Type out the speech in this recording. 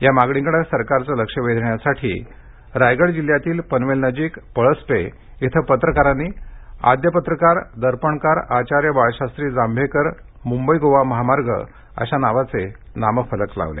या मागणीकडे सरकारचे लक्ष वेधण्यासाठी रायगड जिल्ह्यातील पनवेल नजिक पळस्पे इथं पत्रकारांनी आद्य पत्रकार दर्पणकार आचार्य बाळशास्त्री जांभेकर मुंबई गोवा महामार्ग अशा नावाचे नामफलक लावले